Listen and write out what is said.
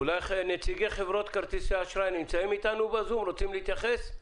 אולי נציגי חברות כרטיסי האשראי נמצאים איתנו בזום ורוצים להתייחס?